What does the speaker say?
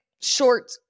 short